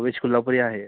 veg Kolhapuri आहे